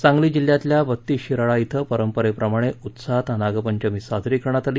सांगली जिल्ह्यातल्या बत्तीस शिराळा इथं परंपरेप्रमाणे उत्सहात नागपंचमी साजरी करण्यात आली